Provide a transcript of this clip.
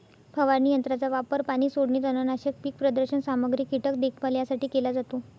फवारणी यंत्राचा वापर पाणी सोडणे, तणनाशक, पीक प्रदर्शन सामग्री, कीटक देखभाल यासाठी केला जातो